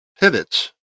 pivots